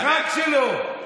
עלק שר המשפטים.